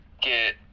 get